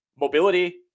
mobility